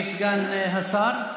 תודה, אדוני סגן השר.